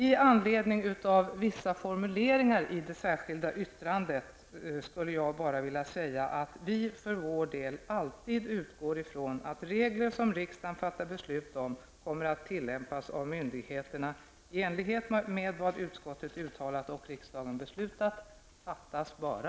I anledning av vissa formuleringar i det särskilda yttrandet skulle jag vilja säga att vi för vår del alltid utgår ifrån att regler som riksdagen fattar beslut om kommer att tillämpas av myndigheterna i enlighet med vad utskottet uttalat och riksdagen beslutat. Fattas bara!